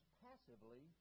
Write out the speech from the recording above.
passively